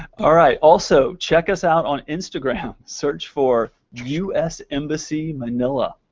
ah right. also, check us out on instagram. search for u s. embassy manila.